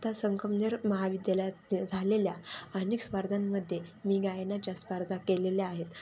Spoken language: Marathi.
आता संगमनेर महाविद्यालयात झालेल्या अनेिकस्पर्धामध्ये मी गायनाच्या स्पर्धा केलेल्या आहेत